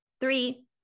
Three